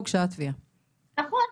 נכון,